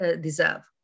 deserve